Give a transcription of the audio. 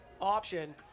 option